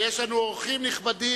בבקשה.